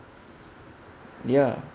ya